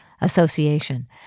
Association